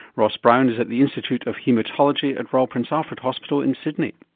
ross brown is at the institute of haematology at royal prince alfred hospital in sydney.